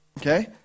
Okay